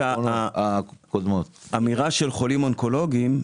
האמירה של חולים אונקולוגיים,